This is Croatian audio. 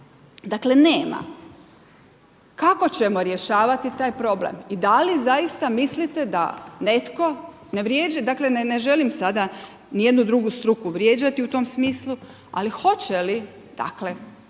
dakle nema. Kako ćemo rješavati taj problem? I da li zaista mislite da netko, dakle ne želim sada ni jednu drugu struku vrijeđati u tom smislu, ali hoće li dakle